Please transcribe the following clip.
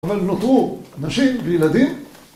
אבל נותרו נשים וילדים